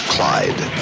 Clyde